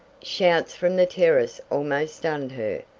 shouts from the terrace almost stunned her.